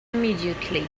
immediately